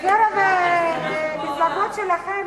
בקרב המפלגות שלכם,